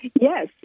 Yes